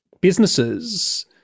businesses